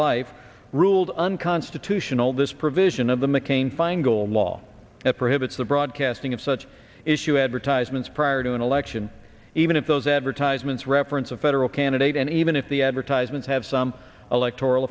life ruled unconstitutional this provision of the mccain feingold law prohibits the broadcasting of such issue advertisements prior to an election even if those advertisements reference a federal candidate and even if the advertisement have some electoral